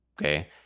Okay